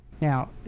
Now